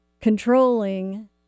controlling